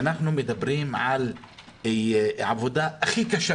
אנחנו מדברים על העבודה הכי קשה.